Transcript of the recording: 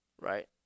right